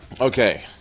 Okay